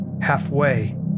Halfway